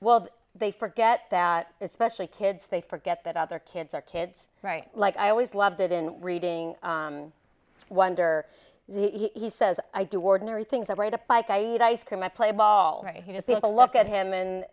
wild they forget that especially kids they forget that other kids are kids right like i always loved it in reading wonder he says i do ordinary things i write a bike i eat ice cream i play ball right you know see a look at him